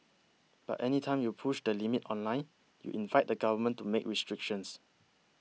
but any time you push the limits online you invite the government to make restrictions